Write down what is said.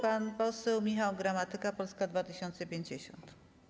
Pan poseł Michał Gramatyka, Polska 2050.